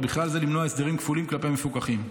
ובכלל זה למנוע הסדרים כפולים כלפי המפוקחים.